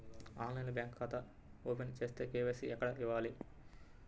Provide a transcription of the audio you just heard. ఆన్లైన్లో బ్యాంకు ఖాతా ఓపెన్ చేస్తే, కే.వై.సి ఎక్కడ ఇవ్వాలి?